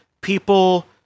people